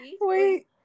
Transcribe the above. wait